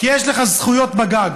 כי יש לך זכויות בגג.